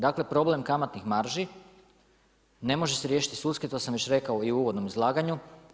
Dakle, problem kamatnih marži ne može se riješiti sudski, to sam već rekao i u uvodnom izlaganju.